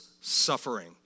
suffering